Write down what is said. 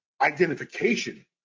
identification